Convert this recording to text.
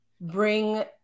bring